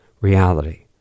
reality